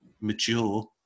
mature